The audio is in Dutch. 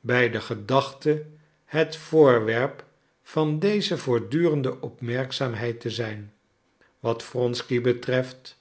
bij de gedachte het voorwerp van deze voortdurende opmerkzaamheid te zijn wat wronsky betreft